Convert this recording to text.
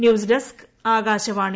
news desk Akashvani